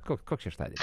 ko koks šeštadienis